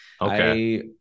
Okay